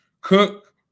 Cook